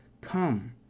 Come